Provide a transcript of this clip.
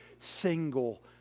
single